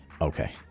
okay